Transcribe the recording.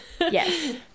Yes